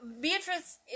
Beatrice